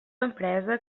empresa